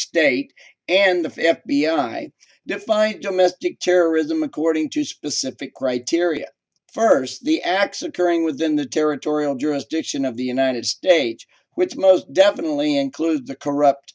state and the fifth beyond i define domestic terrorism according to specific criteria first the acts occurring within the territorial jurisdiction of the united states which most definitely include the corrupt